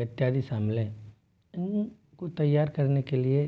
इत्यादि शामिल हैं इन को तैयार करने के लिए